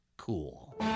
cool